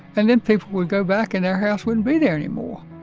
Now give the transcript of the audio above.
and then people would go back and their house wouldn't be there anymore